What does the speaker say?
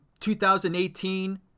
2018